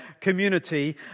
community